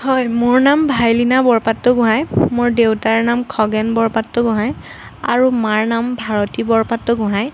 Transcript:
হয় মোৰ নাম ভায়লিনা বৰপাত্ৰ গোহাঁই মোৰ দেউতাৰ নাম খগেন বৰপাত্ৰ গোহাঁই আৰু মাৰ নাম ভাৰতী বৰপাত্ৰ গোহাঁই